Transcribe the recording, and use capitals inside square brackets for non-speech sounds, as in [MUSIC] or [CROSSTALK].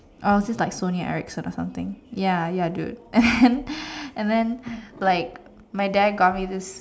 I was just like Sony Ericsson or something ya ya dude and [LAUGHS] then and then like my dad got me this